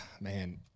Man